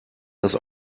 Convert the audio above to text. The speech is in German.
das